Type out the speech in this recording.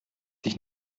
sich